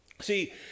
See